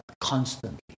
constantly